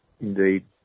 indeed